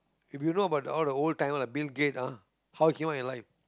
if you know about the all the old timer like Bill-Gates ah how he come out in life